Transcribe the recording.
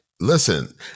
listen